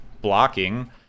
blocking